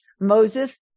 Moses